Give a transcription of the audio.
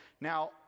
Now